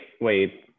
Wait